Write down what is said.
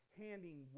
handing